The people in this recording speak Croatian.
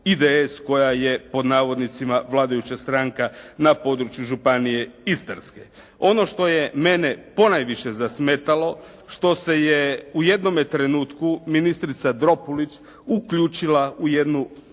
IDS koja je pod navodnicima vladajuća stranka na području Županije istarske. Ono što je mene ponajviše zasmetalo što se je u jednome trenutku ministrica Dropulić uključila u jednu ovakvu